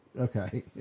Okay